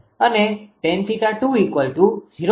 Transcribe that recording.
1687 છે અને tan𝜃20